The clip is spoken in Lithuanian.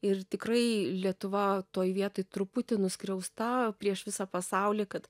ir tikrai lietuva toj vietoj truputį nuskriausta prieš visą pasaulį kad